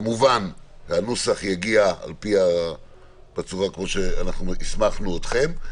כמובן, הנוסח יגיע על פי הצורה כמו שהסמכנו אתכם.